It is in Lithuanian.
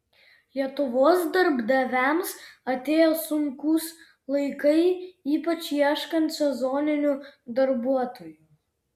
lietuvos darbdaviams atėjo sunkūs laikai ypač ieškant sezoninių darbuotojų